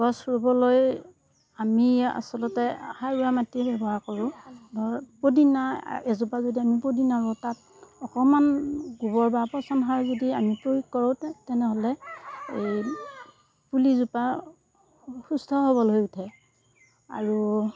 গছ ৰুৱলৈ আমি আচলতে সাৰুৱা মাটি ব্যৱহাৰ কৰোঁ পদিনা এজোপা যদি আমি পদিনা ৰুওঁ তাত অকমান গোবৰ বা পচন সাৰ যদি আমি প্ৰয়োগ কৰোঁ তেনেহ'লে এই পুলিজোপা সুস্থ সৱল হৈ উঠে আৰু